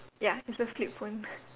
ya it's a flip phone